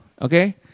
Okay